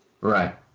Right